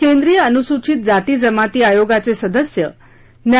केंद्रीय अनुसूचित जाती जमाती आयोगाचे सदस्य न्या